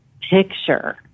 picture